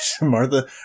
Martha